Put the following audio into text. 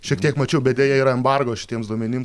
šiek tiek mačiau bet deja yra embargo šitiems duomenim